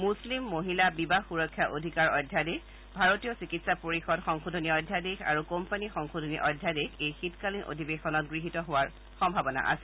মুছলিম মহিলা বিবাহ সুৰক্ষা অধিকাৰ অধ্যাদেশ ভাৰতীয় চিকিৎসা পৰিষদ সংশোধনী অধ্যাদেশ আৰু কোম্পানী সংশোধনী অধ্যাদেশ এই শীতকালীন অধিৱেশনত গৃহীত হোৱাৰ সম্ভাৱনা আছে